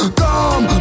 come